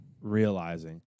realizing